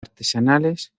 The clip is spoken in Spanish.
artesanales